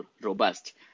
robust